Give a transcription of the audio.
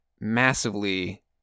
massively